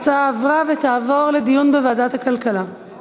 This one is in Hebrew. (מועד ההחלטה בדבר הטלת ארנונה כללית בשנת בחירות),